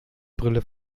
brille